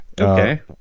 Okay